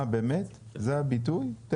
אה באמת זה הביטוי?